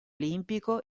olimpico